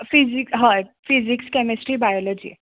फिझीक हय physics chemistry biology